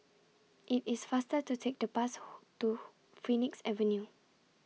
IT IS faster to Take The Bus to Phoenix Avenue